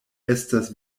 estas